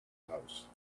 house